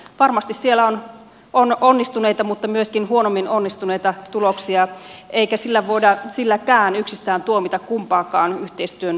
varmasti siellä on onnistuneita mutta myöskin huonommin onnistuneita tuloksia eikä voida silläkään yksistään tuomita kumpaakaan yhteistyön mallia